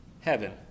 heaven